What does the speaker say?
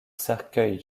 cercueil